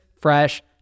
fresh